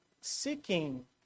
seeking